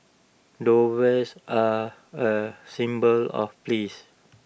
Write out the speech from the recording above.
doves are A symbol of please